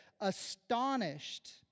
astonished